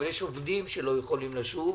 אבל יש עובדים שלא יכולים לשוב,